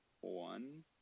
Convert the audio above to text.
one